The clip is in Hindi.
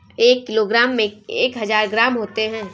एक किलोग्राम में एक हजार ग्राम होते हैं